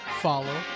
follow